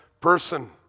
person